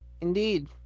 Indeed